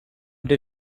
did